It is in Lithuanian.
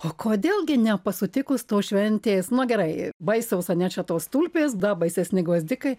o kodėl gi nepasutikus tos šventės nu gerai baisaus ane čia tos tulpės da baisesni gvazdikai